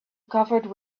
covered